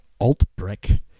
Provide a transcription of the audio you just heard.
Altbrick